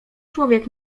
człowiek